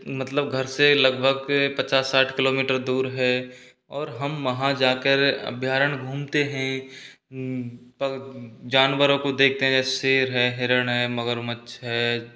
मतलब घर से लगभग पचास साठ किलोमीटर दूर है और हम वहाँ जा कर अभ्यारण घूमते हैं जानवरों को देखते हैं जैसे शेर है हिरण है मगरमच्छ है